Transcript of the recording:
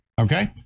Okay